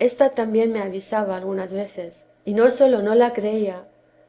ésta también me avisaba algunas veces y no sólo no la creía